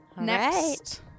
next